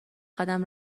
قدم